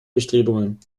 bestrebungen